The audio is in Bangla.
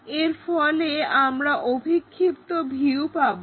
এর ফলে আমরা অভিক্ষিপ্ত ভিউ পাবো